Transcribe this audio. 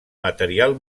material